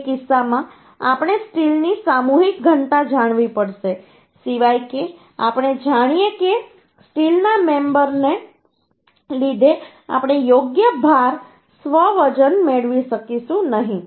તે કિસ્સામાં આપણે સ્ટીલની સામૂહિક ઘનતા જાણવી પડશે સિવાય કે આપણે જાણીએ કે સ્ટીલના મેમબરને લીધે આપણે યોગ્ય ભાર સ્વ વજન મેળવી શકીશું નહીં